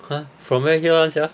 ha from where hear [one] sia